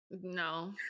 no